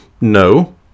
No